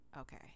okay